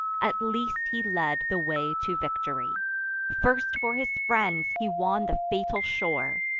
at least he led the way to victory first for his friends he won the fatal shore,